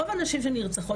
רוב הנשים שנרצחות,